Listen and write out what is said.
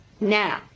now